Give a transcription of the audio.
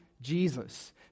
Jesus